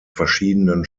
verschiedenen